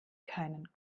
keinen